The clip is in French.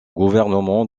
gouvernement